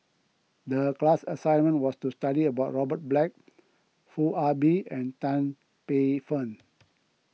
the class assignment was to study about Robert Black Foo Ah Bee and Tan Paey Fern